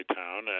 town